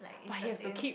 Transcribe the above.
but he have to keep